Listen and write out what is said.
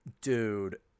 dude